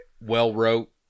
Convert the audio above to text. well-wrote